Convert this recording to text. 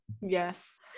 yes